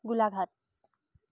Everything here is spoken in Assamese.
গোলাঘাট